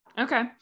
Okay